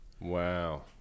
wow